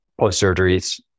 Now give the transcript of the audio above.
post-surgeries